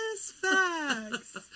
facts